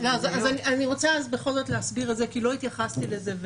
אני בכל זאת להסביר כי לא התייחסתי לזה.